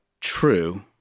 true